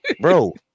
Bro